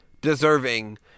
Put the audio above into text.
deserving